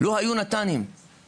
לא היו עד אז ניידות טיפול נמרץ.